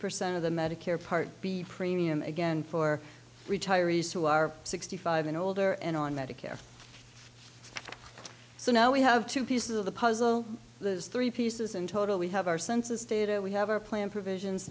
percent of the medicare part b premium again for retirees who are sixty five and older and on medicare so now we have two pieces of the puzzle the three pieces in total we have our census data we have our plan provisions